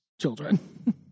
children